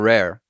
Rare